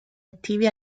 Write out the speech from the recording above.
attivi